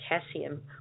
potassium